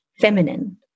feminine